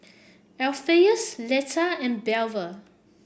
Alpheus Leitha and Belva